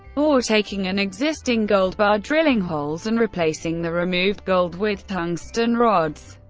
or taking an existing gold bar, drilling holes, and replacing the removed gold with tungsten rods.